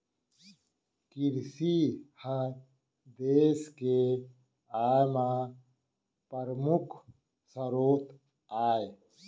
किरसी ह देस के आय म परमुख सरोत आय